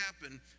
happen